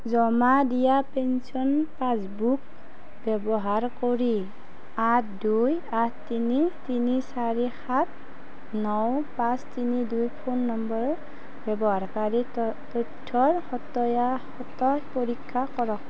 জমা দিয়া pension passbook ব্যৱহাৰ কৰি আঠ দুই আঠ তিনি তিনি চাৰি সাত ন পাঁচ তিনি দুই ফোন নম্বৰৰ ব্যৱহাৰকাৰীৰ ত তথ্যৰ সতয়া সত পৰীক্ষা কৰক